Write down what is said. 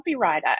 copywriter